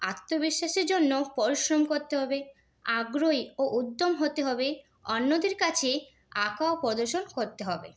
আত্মবিশ্বাসের জন্য পরিশ্রম করতে হবে আগ্রহী ও উদ্দ্যম হতে হবে অন্যদের কাছে আঁকাও প্রদর্শন করতে হবে